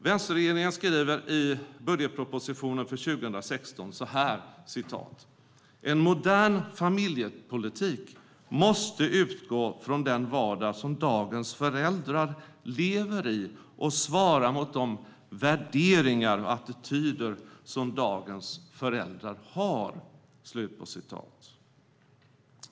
Vänsterregeringen skriver i budgetpropositionen för 2016 så här: "En modern familjepolitik måste utgå från den vardag som dagens föräldrar lever i och svara mot de värderingar och attityder som dagens föräldrar har."